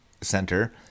center